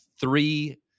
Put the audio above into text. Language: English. three